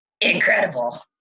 incredible